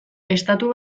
estatu